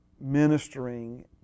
ministering